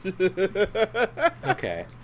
Okay